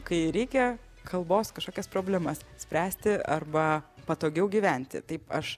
kai reikia kalbos kažkokias problemas spręsti arba patogiau gyventi taip aš